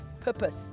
purpose